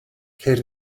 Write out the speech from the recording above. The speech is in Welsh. ceir